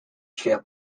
ship